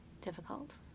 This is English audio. difficult